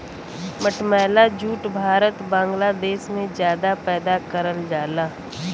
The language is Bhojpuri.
मटमैला जूट भारत बांग्लादेश में जादा पैदा करल जाला